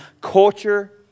culture